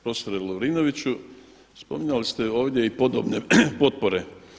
Profesore Lovrinoviću, spominjali ste ovdje i podobne potpore.